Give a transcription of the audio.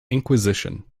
inquisition